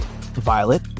violet